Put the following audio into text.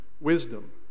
wisdom